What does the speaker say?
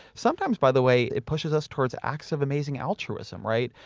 sometimes, by the way, it pushes us towards acts of amazing altruism, right?